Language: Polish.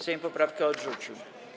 Sejm poprawkę odrzucił.